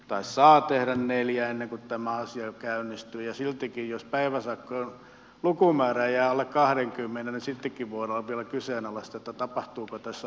taas saa tehdä neljännen teemaosio käynnistyviä siltikin jos päiväsakkojen lukumäärä jää alle kahdenkymmenen esittikin vuonna opel kyseenalaistettu tapahtuuko tässä